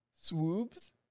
Swoops